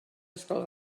ysgol